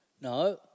No